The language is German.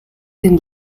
den